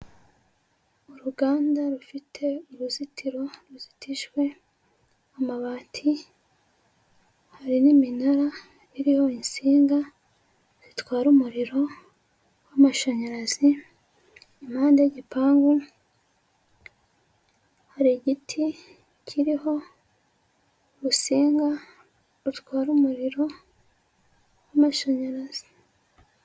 Uruganda rufite uruzitiro ruzitijwe amabati, hari n'iminara iriho insinga zitwara umuriro w'amashanyarazi, impande y'igipangu hari igiti kiriho urusinga rutwara umuriro w'mashanyarazi.